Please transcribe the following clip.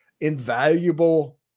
invaluable